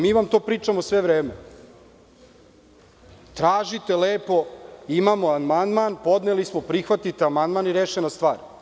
Mi vam to pričamo sve vreme, tražite lepo, imamo amandman, podneli smo, prihvatite amandman i rešena stvar.